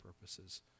purposes